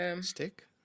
Stick